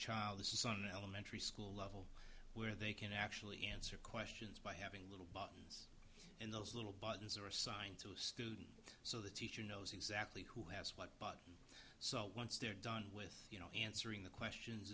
an elementary school level where they can actually answer questions by having little buttons and those little buttons are assigned to a student so the teacher knows exactly who has what but so once they're done with you know answering the questions